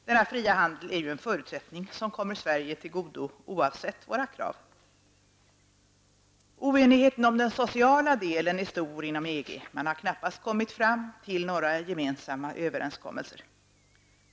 Denna fria handel är ju en förutsättning som kommer Sverige till godo oavsett våra krav. Oenigheten om den sociala delen är stor inom EG. Man har knappast kommit fram till några gemensamma överenskommelser.